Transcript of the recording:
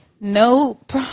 Nope